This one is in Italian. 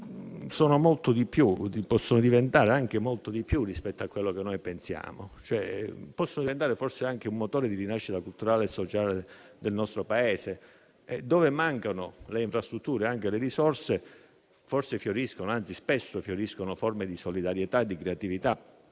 possono diventare anche molto di più rispetto a quello che noi pensiamo. Possono entrare forse anche un motore di rinascita culturale e sociale del nostro Paese. Dove mancano le infrastrutture e anche le risorse forse fioriscono, anzi spesso fioriscono forme di solidarietà e di creatività